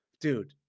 Dude